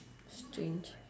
strange